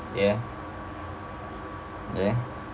ya ya